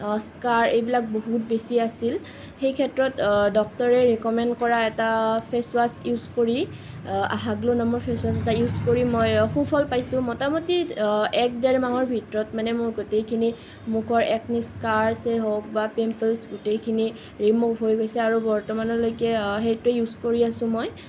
scar এইবিলাক বহুত বেছি আছিল সেই ক্ষেত্ৰত ডক্তৰে ৰিক'মেণ্ট কৰা এটা ফেচ ৱাছ ইউজ কৰি হাগলো নামৰ ফেচ ৱাছ এটা ইউজ কৰি মই সুফল পাইছোঁ মোটামুটি এক ডেৰ মাহৰ ভিতৰত মানে মোৰ গোটেইখিনি মুখৰ একনি স্কাৰ্ছে হওক বা পিম্পুলছ গোটেইখিনি ৰিম'ভ হৈ গৈছে আৰু বৰ্তমানলৈকে সেইটোৱে ইউজ কৰি আছোঁ মই